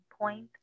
point